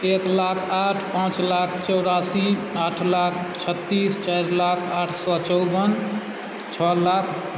एक लाख आठ पाँच लाख चौरासी आठ लाख छत्तीस चारि लाख आठ सए चौवन छओ लाख